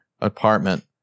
apartment